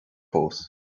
fós